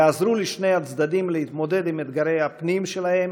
יעזרו לשני הצדדים להתמודד עם אתגרי הפנים שלהם